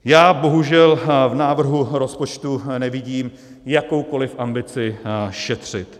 Já bohužel v návrhu rozpočtu nevidím jakoukoli ambici šetřit.